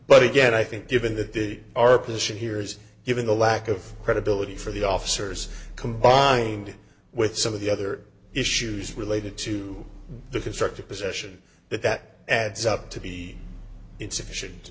but again i think given that the our position here is given the lack of credibility for the officers combined with some of the other issues related to the constructive possession that that adds up to be ins